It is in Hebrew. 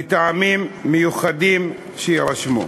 מטעמים מיוחדים שיירשמו.